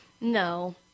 No